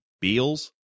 Beals